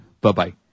Bye-bye